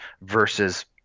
versus